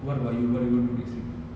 what about you what you going to do next week